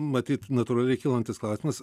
matyt natūraliai kylantis klausimas